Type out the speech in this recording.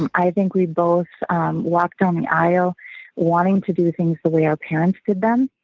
and i think we both walked down the aisle wanting to do things the way our parents did them.